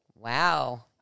Wow